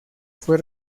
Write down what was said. fue